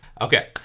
Okay